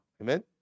Amen